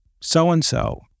so-and-so